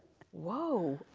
whoa,